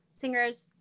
singers